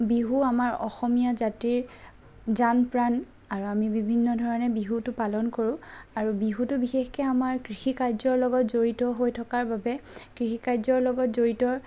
বিহু আমাৰ অসমীয়া জাতিৰ জান প্ৰাণ আৰু আমি বিভিন্ন ধৰণে বিহুটো পালন কৰোঁ আৰু বিহুটো বিশেষকৈ আমাৰ কৃষি কাৰ্যৰ লগত জড়িত হৈ থকাৰ বাবে কৃষি কাৰ্যৰ লগত জড়িত